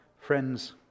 Friends